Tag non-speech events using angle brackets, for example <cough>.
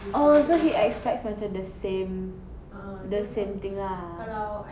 <noise> oh so he expects macam the same the same thing lah